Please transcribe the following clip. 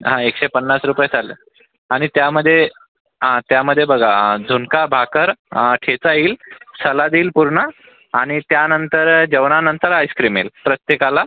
हा एकशे पन्नास रुपये थाली आणि त्यामध्ये हा त्यामध्ये बघा झुणका भाकर ठेचा येईल सलाद येईल पूर्ण आणि त्यानंतर जेवणानंतर आईस्क्रिम येईल प्रत्येकाला